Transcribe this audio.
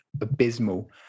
abysmal